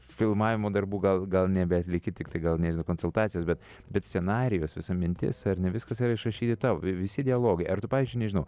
filmavimo darbų gal gal nebeatlieki tiktai gal nežinau konsultacijos bet bet scenarijus visa mintis ar ne viskas yra išrašyta tavo visi dialogai ar tu pavyzdžiui nežinau